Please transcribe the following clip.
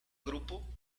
grupo